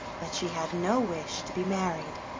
but she had no wish to be married.